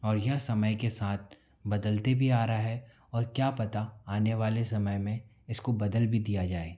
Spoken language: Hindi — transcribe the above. और यह समय के साथ बदलते भी आ रहा है और क्या पता आने वाले समय में इसको बदल भी दिया जाए